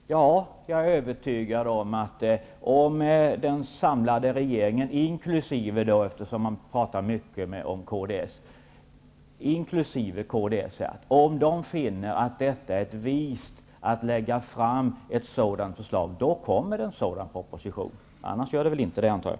Fru talman! Ja, jag är övertygad om att om den samlade regeringen, inkl. Kds -- eftersom man pratar mycket om det partiet --, finner att det är vist att lägga fram ett sådant förslag, då kommer en sådan proposition. Annars gör det inte det, antar jag.